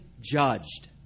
judged